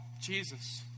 Jesus